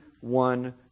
one